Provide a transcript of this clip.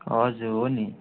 हजुर हो नि